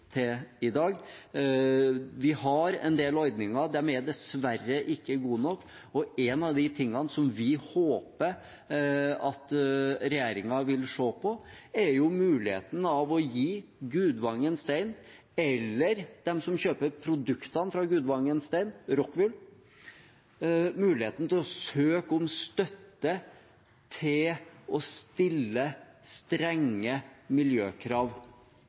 til i dag. Vi har en del ordninger. De er dessverre ikke gode nok, og en av tingene vi håper at regjeringen vil se på, er muligheten for å gi Gudvangen Stein eller de som kjøper produktene fra Gudvangen Stein, Rockwool, muligheten til å søke om støtte til å stille strenge miljøkrav,